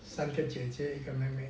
三个姐姐一个妹妹